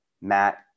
Matt